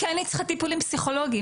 כי אני צריכה טיפולים פסיכולוגים,